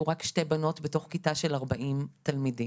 רק שתי בנות מתוך כיתה של כ-40 תלמידים.